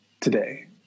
today